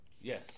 Yes